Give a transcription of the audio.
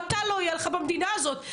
מטע לא יהיה לך במדינה הזאת,